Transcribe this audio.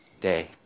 day